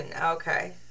Okay